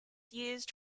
used